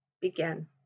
begin